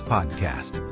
Podcast